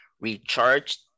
recharged